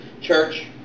church